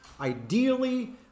ideally